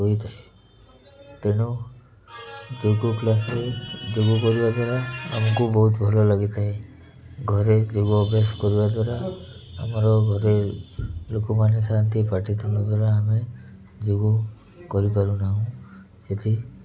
ହୋଇଥାଏ ତେଣୁ ଯୋଗ କ୍ଲାସରେ ଯୋଗ କରିବା ଦ୍ୱାରା ଆମକୁ ବହୁତ ଭଲ ଲାଗିଥାଏ ଘରେ ଯୋଗ ଅଭ୍ୟାସ କରିବା ଦ୍ୱାରା ଆମର ଘରେ ଲୋକମାନେ ଶାନ୍ତି ପାଟି ତୁଣ୍ଡ ଦ୍ୱାରା ଆମେ ଯୋଗ କରିପାରୁନାହୁଁ ସେଥି